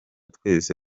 twese